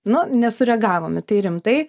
nu nesureagavom į tai rimtai